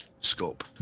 scope